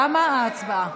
תמה ההצבעה.